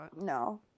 No